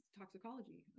toxicology